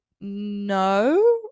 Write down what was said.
no